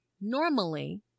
normally